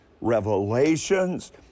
revelations